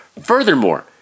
Furthermore